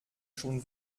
schon